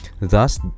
Thus